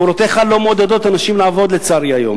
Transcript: פעולותיך לא מעודדות אנשים לעבוד, לצערי, היום.